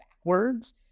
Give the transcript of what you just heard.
backwards